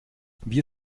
wir